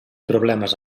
problemes